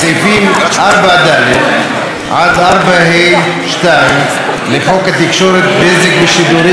4ד עד 4ה2 לחוק התקשורת (בזק ושידורים),